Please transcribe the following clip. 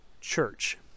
church